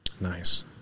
Nice